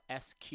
SQ